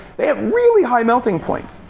they have really high melting points.